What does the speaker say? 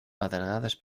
pedregades